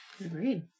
Agreed